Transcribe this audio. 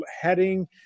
heading